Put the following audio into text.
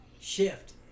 shift